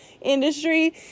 industry